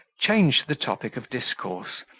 changed the topic of discourse,